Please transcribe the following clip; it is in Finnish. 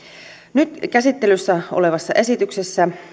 nyt käsittelyssä olevassa esityksessä